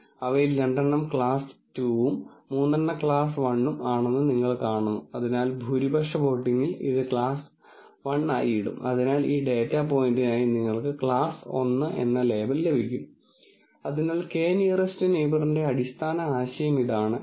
അല്ലെങ്കിൽ classification problem പരിഹരിക്കാൻ എനിക്ക് ഒരു ലീനിയർ ക്ലാസിഫയർ ഉപയോഗിക്കാമെന്ന് ഞാൻ കരുതുന്നത് പോലെ ഡാറ്റ എങ്ങനെ ക്രമീകരിച്ചിരിക്കുന്നു എന്നതിനെ കുറിച്ച് നിങ്ങൾക്ക് അനുമാനങ്ങൾ ഉണ്ടാക്കാം ഈ സാഹചര്യത്തിൽ പ്രോബ്ളം അല്ലെങ്കിൽ ഡാറ്റ ഘടനാപരമായ രീതിയിലാണ് നമ്മൾ അടിസ്ഥാന അനുമാനം ഉണ്ടാക്കുന്നത്